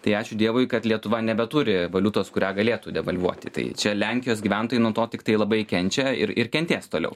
tai ačiū dievui kad lietuva nebeturi valiutos kurią galėtų devalvuoti tai čia lenkijos gyventojai nuo to tiktai labai kenčia ir ir kentės toliau